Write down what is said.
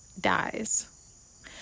dies